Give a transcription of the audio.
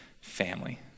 family